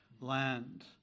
land